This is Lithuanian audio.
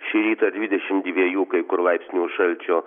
šį rytą dvidešim dviejų kai kur laipsnių šalčio